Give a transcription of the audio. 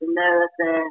America